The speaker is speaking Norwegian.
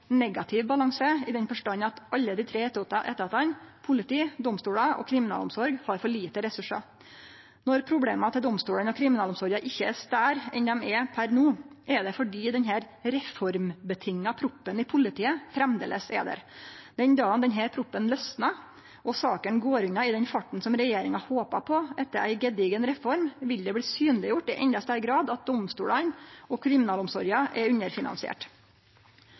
negativ balanse, i den forstand at alle dei tre etatane politi, domstolar og kriminalomsorga har for lite ressursar. Når problema til domstolane og kriminalomsorga ikkje er større enn dei er per no, er det fordi denne reformavhengige proppen i politiet framleis er der. Den dagen denne proppen lausnar og sakene går unna i den farten som regjeringa håper på etter ei gedigen reform, vil det bli synleggjort i endå større grad at domstolane og kriminalomsorga er